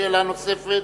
שאלה נוספת.